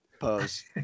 pose